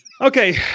Okay